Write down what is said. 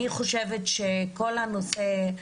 אני חושבת שכל הנושא,